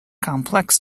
complex